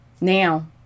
Now